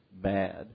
bad